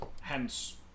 Hence